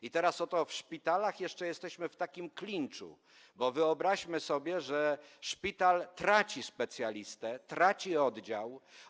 I teraz oto w szpitalach jesteśmy jeszcze w takim klinczu, bo wyobraźmy sobie, że szpital traci specjalistę, traci oddział.